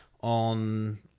on